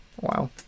Wow